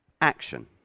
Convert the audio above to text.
action